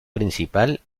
principal